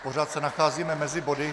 Pořád se nacházíme mezi body.